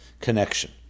connection